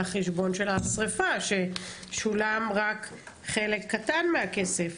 החשבון של השריפה ששולם רק חלק קטן מהכסף.